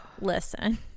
listen